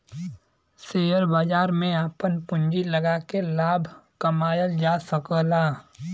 share बाजार में आपन पूँजी लगाके लाभ कमावल जा सकला